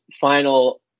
final